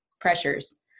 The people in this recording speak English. pressures